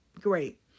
Great